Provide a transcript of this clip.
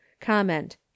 comment